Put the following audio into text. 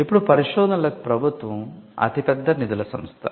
ఇప్పుడు పరిశోధనలకు ప్రభుత్వం అతిపెద్ద నిధుల సంస్థ